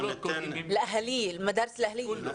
לכולם.